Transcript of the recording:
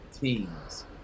teams